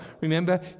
Remember